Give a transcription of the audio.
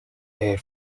air